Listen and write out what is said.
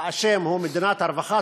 האשם הוא מדינת הרווחה,